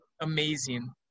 amazing